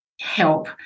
help